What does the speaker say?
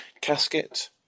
Casket